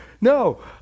No